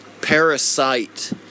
parasite